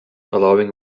allowing